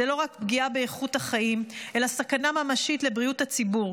זו לא רק פגיעה באיכות החיים אלא סכנה ממשית לבריאות הציבור.